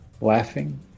laughing